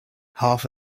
half